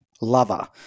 lover